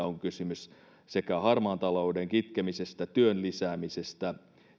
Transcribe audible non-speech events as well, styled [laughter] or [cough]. [unintelligible] on kysymys sekä harmaan talouden kitkemisestä että työn lisäämisestä